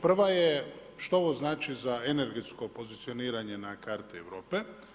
Prva je što ovo znači za energetsko pozicioniranje na karti Europe?